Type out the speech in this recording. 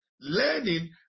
learning